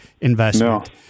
investment